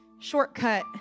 Shortcut